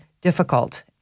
difficult